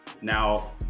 Now